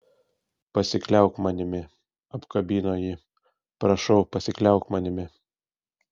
pasikliauk manimi apkabino jį prašau pasikliauk manimi